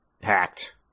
hacked